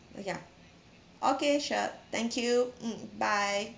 ya okay sure thank you mm bye